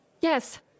Yes